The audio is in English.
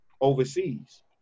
overseas